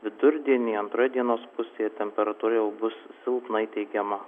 vidurdienį antroje dienos pusėje temperatūra jau bus silpnai teigiama